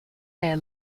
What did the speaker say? air